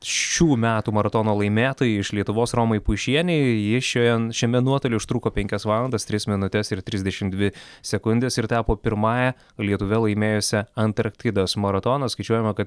šių metų maratono laimėtojai iš lietuvos romai puišienei ji šioje šiame nuotoly užtruko penkias valandas tris minutes ir trisdešim dvi sekundes ir tapo pirmąja lietuve laimėjusia antarktidos maratoną skaičiuojama kad